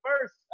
First